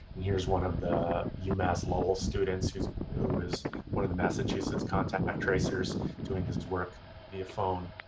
and here is one of the umass lowell students who is who is one of the massachusetts contact tracers doing his work via phone.